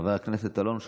חבר הכנסת אלון שוסטר,